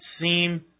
seem